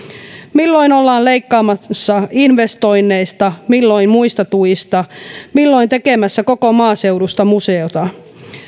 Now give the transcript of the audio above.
milloin ollaan leikkaamassa investoinneista milloin muista tuista milloin tekemässä koko maaseudusta museota